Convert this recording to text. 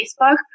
Facebook